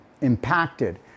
impacted